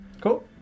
Cool